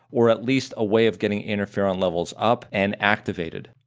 or at least a way of getting interferon levels up and activated.